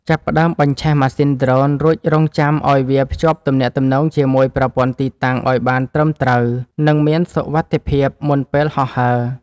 ចាប់ផ្ដើមបញ្ឆេះម៉ាស៊ីនដ្រូនរួចរង់ចាំឱ្យវាភ្ជាប់ទំនាក់ទំនងជាមួយប្រព័ន្ធទីតាំងឱ្យបានត្រឹមត្រូវ និង មានសុវត្ថិភាពមុនពេលហោះហើរ។